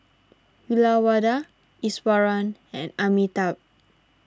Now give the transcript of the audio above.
Uyyalawada Iswaran and Amitabh